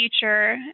future